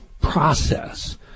process